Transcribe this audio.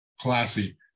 classy